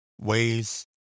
ways